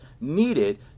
needed